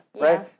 right